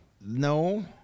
No